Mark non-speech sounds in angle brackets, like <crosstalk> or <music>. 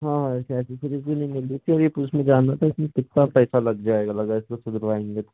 हाँ हाँ शायद <unintelligible> मिल रही थी और ये <unintelligible> जानना था उसमें कितना पैसा लग जाएगा अगर इसको सुधरवाएंगे तो